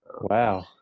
Wow